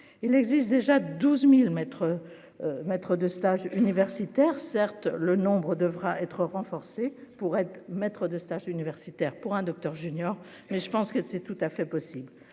il existe déjà 12000 mètres maître de stage universitaire certes le nombre devra être renforcée pour être maître de stage universitaires pour un docteur junior mais je pense que c'est tout à fait possible